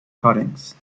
cuttings